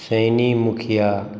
सैनी मुखिया